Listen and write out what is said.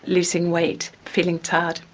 losing weight, feeling tired.